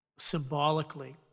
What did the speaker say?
symbolically